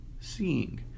Seeing